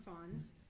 funds